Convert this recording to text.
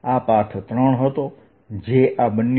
આ પાથ 3 હતો જે આ બન્યો